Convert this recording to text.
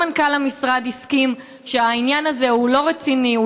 גם מנכ"ל המשרד הסכים שהעניין הזה הוא לא רציני,